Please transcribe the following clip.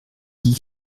qui